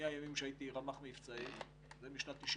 מהימים שהייתי רמ"ח מבצעים משנת 1998,